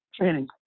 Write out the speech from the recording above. training